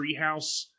treehouse